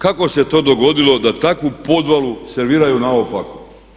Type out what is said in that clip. Kako se to dogodilo da takvu podvalu serviraju naopako?